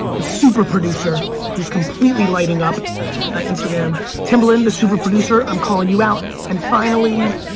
the super producer who's completely lighting up instagram, timbaland the super producer, i'm callin' you out and finally,